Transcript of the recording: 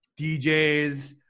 DJs